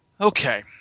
Okay